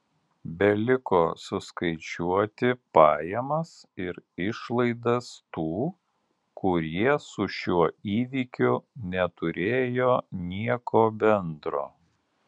beliko suskaičiuoti pajamas ir išlaidas tų kurie su šiuo įvykiu neturėjo nieko bendro